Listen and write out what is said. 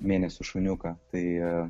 mėnesių šuniuką tai